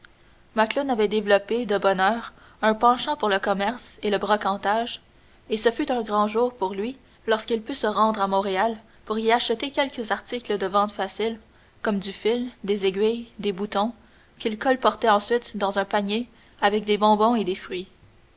macloune avait développé de bonne heure un penchant pour le commerce et le brocantage et ce fut un grand jour pour lui lorsqu'il put se rendre à montréal pour y acheter quelques articles de vente facile comme du fil des aiguilles des boutons qu'il colportait ensuite dans un panier avec des bonbons et des fruits